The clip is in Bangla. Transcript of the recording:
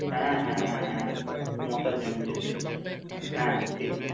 হ্যাঁ হ্যাঁ হ্যাঁ হ্যাঁ হ্যাঁ মশা জমছে সেই হ্যাঁ ঠিক আছে